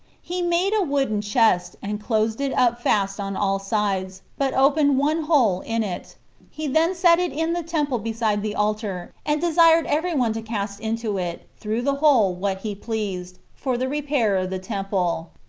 he made a wooden chest, and closed it up fast on all sides, but opened one hole in it he then set it in the temple beside the altar, and desired every one to cast into it, through the hole, what he pleased, for the repair of the temple.